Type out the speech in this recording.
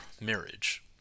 marriage